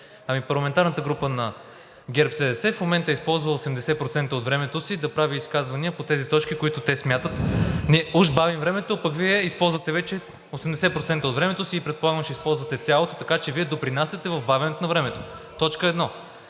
Парламентарната група на ГЕРБ-СДС в момента използва 80% от времето си да прави изказвания по тези точки, които те смятат – уж бавим времето, а пък Вие използвате вече 80% от времето си, предполагам, че ще използвате и цялото, така че Вие допринасяте в бавенето на времето. Точка едно.